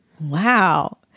Wow